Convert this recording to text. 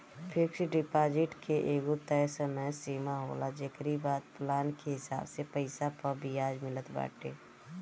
fix deposit के एगो तय समय सीमा होला जेकरी बाद प्लान के हिसाब से पईसा पअ बियाज मिलत बाटे